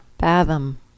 fathom